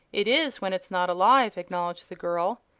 it is when it's not alive, acknowledged the girl.